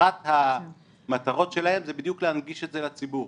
אחת המטרות שלהם זה בדיוק להנגיש את זה לציבור.